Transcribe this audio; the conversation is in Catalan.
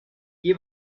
qui